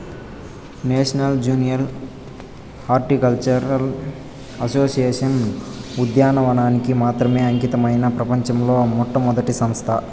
national junior horticultural association ఉద్యానవనానికి మాత్రమే అంకితమైన ప్రపంచంలో మొట్టమొదటి సంస్థ